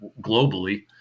globally